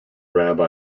rabbi